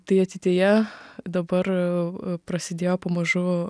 tai ateityje dabar prasidėjo pamažu